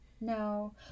No